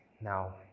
Now